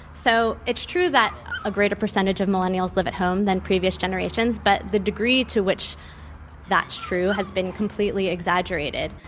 so, it's true that a greater percentage of millennials live at home than previous generations. but the degree to which that's true has been completely exaggerated.